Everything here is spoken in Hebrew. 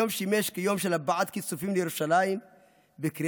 היום שימש כיום של הבעת כיסופים לירושלים בקריאה